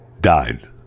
died